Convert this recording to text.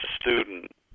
student